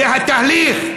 זה התהליך,